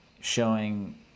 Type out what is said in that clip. showing